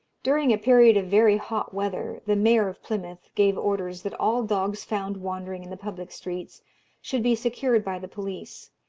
during a period of very hot weather, the mayor of plymouth gave orders that all dogs found wandering in the public streets should be secured by the police,